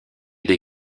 des